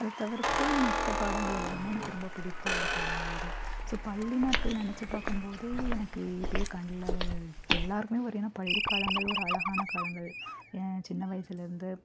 அதை தவிர்த்து மற்ற பாடங்கள் எல்லாமே எனக்கு ரொம்ப பிடித்த ஒரு பாடங்கள்தான் ஸோ பள்ளி நாட்கள் நினச்சி பார்க்கும் போதே எனக்கு இப்போ கண்ல எல்லாருக்குமே பார்த்திங்கன்னா பள்ளி காலங்கள் ஒரு அழகான காலங்கள் என் சின்ன வயசிலேருந்து